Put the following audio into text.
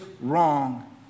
wrong